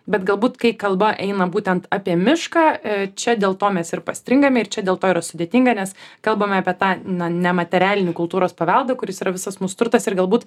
bet galbūt kai kalba eina būtent apie mišką čia dėl to mes ir pastringame ir čia dėl to yra sudėtinga nes kalbame apie tą na nematerialinį kultūros paveldą kuris yra visas mūsų turtas ir galbūt